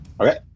Okay